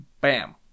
bam